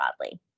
broadly